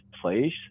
place